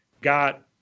got